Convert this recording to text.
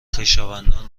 خویشاوندان